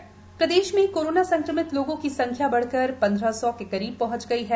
प्रदेश में कोरोना प्रदेश में कोरोना संक्रमित लोगों की संख्या बढ़कर पंद्रह सौ के करीब पहुंच गई है